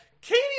katie